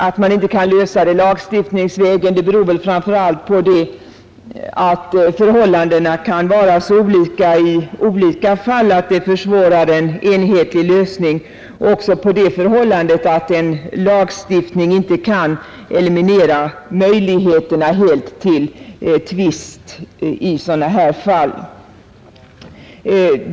Att man inte kan lösa det lagstiftningsvägen beror framför allt på att förhållandena kan vara så olika i olika fall, att det försvårar en enhetlig lösning, och även på den omständigheten att en lagstiftning inte kan helt eliminera möjligheterna till tvist i sådana här fall.